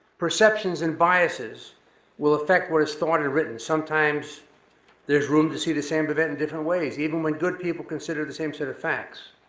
perceptions and biases will affect what is thought and written. sometimes there's room to see the same event in different ways, even when good people consider the same set of facts.